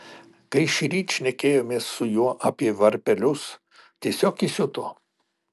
kai šįryt šnekėjomės su juo apie varpelius tiesiog įsiuto